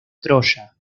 troya